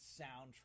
soundtrack